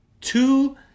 two